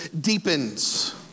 deepens